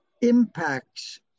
impacts